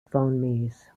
phonemes